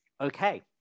okay